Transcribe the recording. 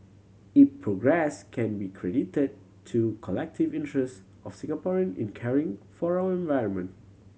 it progress can be credited to collective interests of Singaporean in caring for our environment